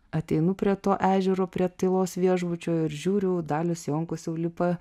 ateinu prie to ežero prie tylos viešbučio ir žiūriu dalius jonkus jau lipa